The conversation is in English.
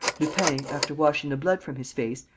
lupin, after washing the blood from his face,